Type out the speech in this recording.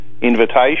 Invitation